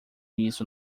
isso